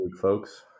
folks